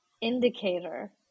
indicator